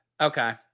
Okay